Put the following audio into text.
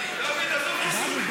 לוקח, שיהיה ברור.